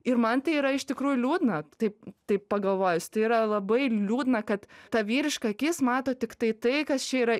ir man tai yra iš tikrųjų liūdna taip taip pagalvojus tai yra labai liūdna kad ta vyriška akis mato tiktai tai kas čia yra